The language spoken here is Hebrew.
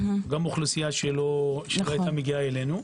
גם אוכלוסייה שלא היתה מגיעה אלינו.